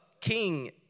King